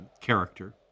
character